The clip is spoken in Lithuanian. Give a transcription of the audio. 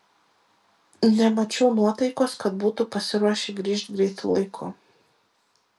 nemačiau nuotaikos kad būtų pasiruošę grįžt greitu laiku